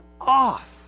off